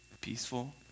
peaceful